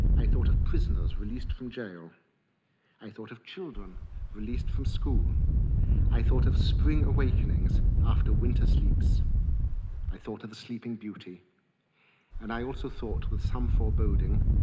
i thought of prisoners released from gaol i thought of children released from school i thought of spring-awakenings after winter-sleeps i thought of the sleeping beauty and i also thought, with some foreboding,